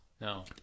No